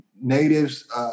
natives